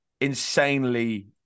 insanely